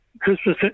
Christmas